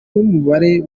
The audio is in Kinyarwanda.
n’umubare